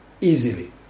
easily